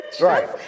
Right